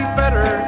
better